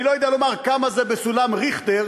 אני לא יודע לומר כמה זה בסולם ריכטר,